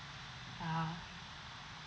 ah